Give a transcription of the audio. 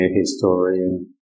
historian